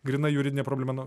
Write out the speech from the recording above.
gryna juridinė problema